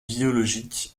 biologique